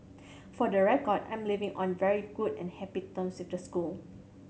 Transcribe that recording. for the record I'm leaving on very good and happy terms with the school